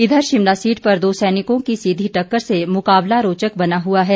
इधर शिमला सीट पर दो सैनिकों की सीधी टक्कर से मुकाबला रोचक बना हुआ है